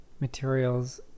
materials